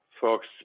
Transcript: folks